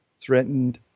threatened